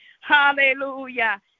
Hallelujah